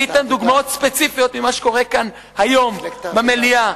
אני אתן דוגמאות ספציפיות ממה שקורה כאן היום במליאה.